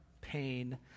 pain